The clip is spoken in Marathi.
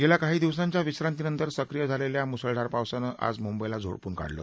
गेल्या काही दिवसांच्या विश्रांतीनंतर सक्रीय झालेल्या मुसळधार पावसाने आज मुंबईला झोडपून काढले